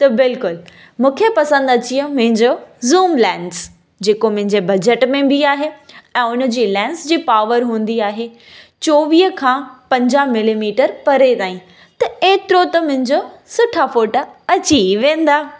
त बिल्कुलु मूंखे पसंदि अची वियो मुंहिंजो ज़ूम लेंस जे को मुंहिंजे बजेट में बि आहे ऐं हुनजे लेंस जी पावर हूंदी आहे चोवीह खां पंजाह मिलीमीटर परे ताईं त एतिरो त मुंहिंजो सुठा फोटा अची ई वेंदा